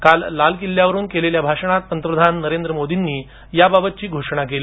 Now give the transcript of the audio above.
काल लाल किल्ल्यावरुन केलेल्या भाषणात पंतप्रधान नरेंद्र मोदींनी याबाबतची घोषणा केली